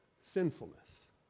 sinfulness